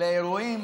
לאירועים